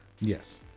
Yes